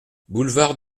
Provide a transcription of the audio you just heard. boulevard